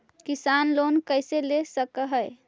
किसान लोन कैसे ले सक है?